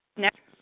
next.